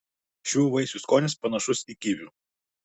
šių vaisių skonis panašus į kivių